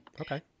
Okay